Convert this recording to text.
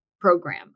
program